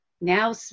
Now